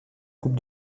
coupe